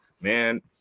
man